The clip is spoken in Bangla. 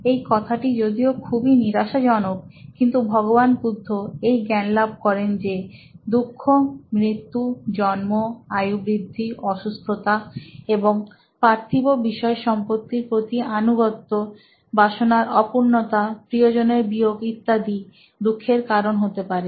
এই কথাটি যদিও খুবই নিরাশাজনক কিন্তু ভগবান বুদ্ধ এই জ্ঞানলাভ করেন যে দুঃখ মৃত্যু জন্ম আয়ুবৃদ্ধি অসুস্থতা এবং পার্থিব বিষয় সম্পত্তির প্রতি আনুগত্য বাসনার অপূর্ণতা প্রিয়জনের বিয়োগ ইত্যাদি দুঃখের কারণ হতে পারে